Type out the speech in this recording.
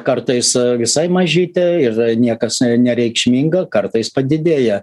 kartais visai mažytė ir niekas nereikšminga kartais padidėja